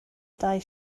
dau